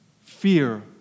fear